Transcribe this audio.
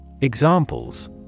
Examples